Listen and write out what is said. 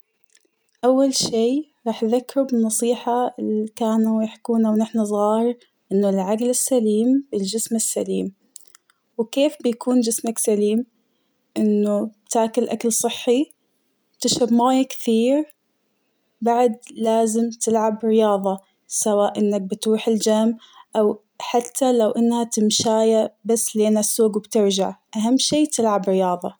أول شيء راح أذكره بالنصيحة اللى كانوا يحكونها ونحن صغار، إنه العقل السليم في الجسم السليم ،وكيف بيكون جسمك سليم ،إنه تاكل أكل صحي تشرب ماى كثير، بعد لازم تلعب رياضة سواء إنك بتروح الجيم ،أو حتى لو إنها تمشاية بس لين السوق وبترجع، أهم شيء تلعب رياضة.